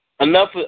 Enough